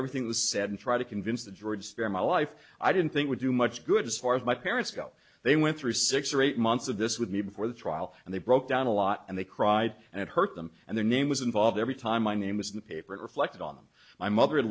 everything was said and try to convince the jurors there my life i didn't think would do much good as far as my parents go they went through six or eight months of this with me before the trial and they broke down a lot and they cried and it hurt them and their name was involved every time my name was in the paper it reflected on them my mother